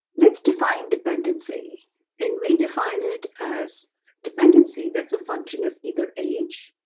let's define dependency and we define it as dependency that's a function of either age,